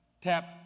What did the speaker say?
tap